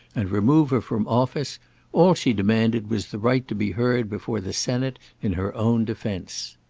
and remove her from office all she demanded was the right to be heard before the senate in her own defence.